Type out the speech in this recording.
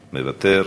מוותר,